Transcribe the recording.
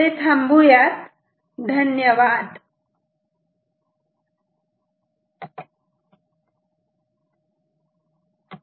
आता थोडे थांबू यात